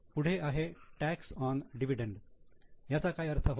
पुढे आहे ' tax on dividend' याचा काय अर्थ होतो